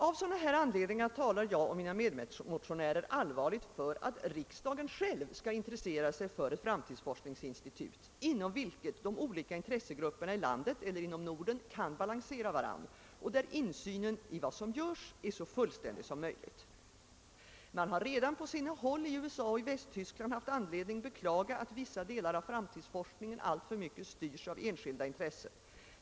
Av dessa och andra skäl talar jag och mina medmotionärer allvarligt för att riksdagen själv skall intressera sig för ett framtidsforskningsinstitut, där de olika intressegrupperna inom landet eller i Norden kan balansera varandra och där insynen i vad som görs är så fullständig som möjligt. Man har redan på sina håll i USA och Västtyskland haft anledning beklaga att vissa delar av framtidsforskningen = alltför mycket styrs av enskilda intressen.